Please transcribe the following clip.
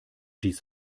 dies